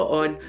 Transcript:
on